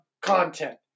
content